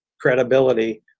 credibility